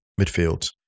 midfield